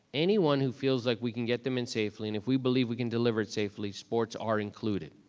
anyone who feels like we can get them in safely, and if we believe we can deliver it safely, sports are included.